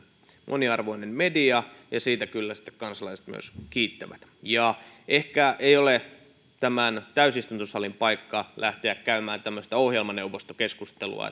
moniarvoinen media ja siitä kyllä sitten myös kansalaiset kiittävät ja ehkä ei ole tämän täysistuntosalin paikka lähteä käymään tämmöistä ohjelmaneuvostokeskustelua